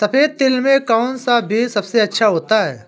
सफेद तिल में कौन सा बीज सबसे अच्छा होता है?